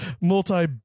multi